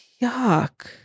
Yuck